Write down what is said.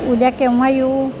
उद्या केव्हा येऊ